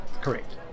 correct